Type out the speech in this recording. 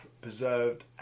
preserved